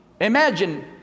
Imagine